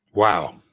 Wow